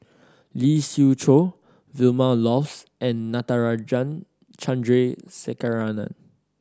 Lee Siew Choh Vilma Laus and Natarajan Chandrasekaran